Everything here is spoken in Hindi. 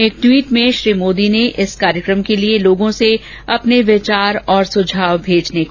एक ट्वीट में श्री मोदी ने इस कार्यक्रम के लिए लोगों से अपने विचार और सुझाव भेजने को कहा है